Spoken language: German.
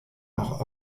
auch